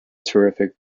terrific